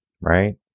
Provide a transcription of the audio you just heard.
right